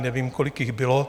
Nevím, kolik jich bylo.